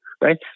right